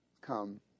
come